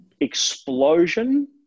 explosion